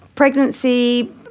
Pregnancy